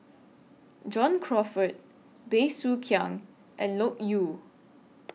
John Crawfurd Bey Soo Khiang and Loke Yew